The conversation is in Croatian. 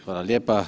Hvala lijepa.